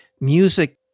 music